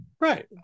right